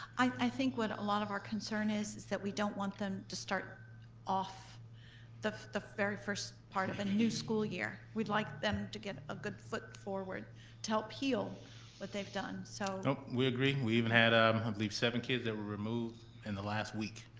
i think what a lot of our concern is is that we don't want them to start off the the very first part of a new school year. we'd like them to get a good foot forward to help heal what they've done. so we agree. we even had, ah um i believe, seven kids that were removed in the last week.